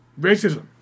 Racism